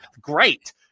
great